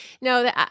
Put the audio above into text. No